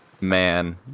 man